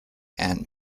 and